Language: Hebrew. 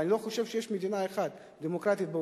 ואני לא חושב שיש מדינה דמוקרטית אחת